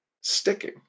sticking